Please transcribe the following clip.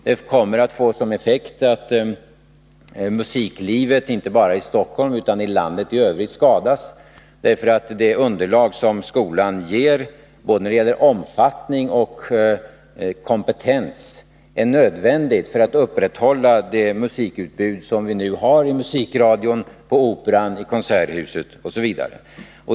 Det kommer att få som effekt att musiklivet inte bara i Stockholm utan i landet i övrigt skadas, eftersom det underlag som skolan ger när det gäller både omfattning och kompetens är nödvändigt för att vi skall kunna upprätthålla det musikutbud som vi har i musikradion, på operan, i konserthuset osv.